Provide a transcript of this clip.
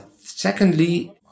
Secondly